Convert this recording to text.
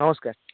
ନମସ୍କାର